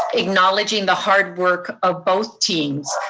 acknowledging the hard work of both teams,